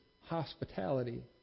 hospitality